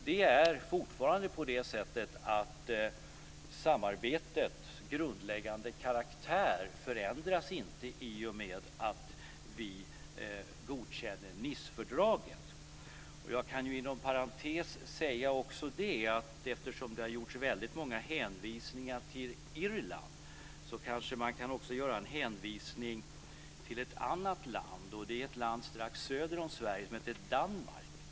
Det är fortfarande så att samarbetets grundläggande karaktär förändras inte i och med att vi godkänner Nicefördraget. Jag kan inom parentes säga att eftersom det har gjorts väldigt många hänvisningar till Irland kan man kanske också göra en hänvisning till ett annat land strax söder om Sverige, nämligen till Danmark.